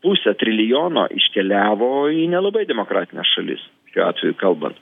pusę trilijono iškeliavo į nelabai demokratines šalis šiuo atveju kalbant